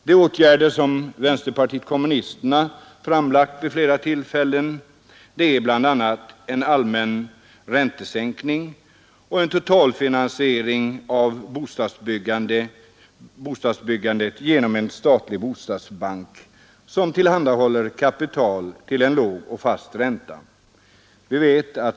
De åtgärder som vänsterpartiet kommunisterna föreslagit vid flera tillfällen är: En allmän räntesänkning och en totalfinansiering av bostadsbyggandet genom en statlig bostadsbank, som tillhandahåller kapital till en låg och fast ränta.